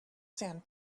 sand